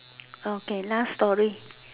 okay last story